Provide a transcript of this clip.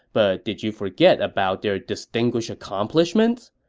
but did you forget about their distinguished accomplishments?